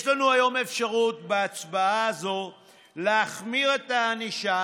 יש לנו היום אפשרות בהצבעה הזאת להחמיר את הענישה